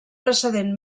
precedent